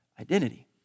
identity